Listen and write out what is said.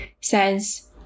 says